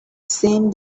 seemed